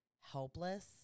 helpless